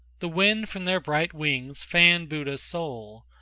the wind from their bright wings fanned buddha's soul,